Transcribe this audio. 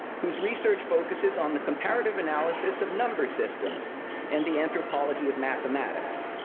whose research focuses on the comparative analysis of number systems and the anthropology of mathematics.